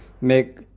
make